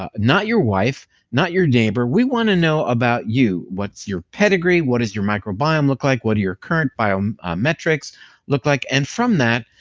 um not your wife, not your neighbor, we wanna know about you. what's your pedigree, what does your microbiome look like, what do your current um biometrics look like? and from that,